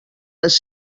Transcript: les